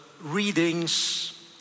readings